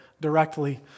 directly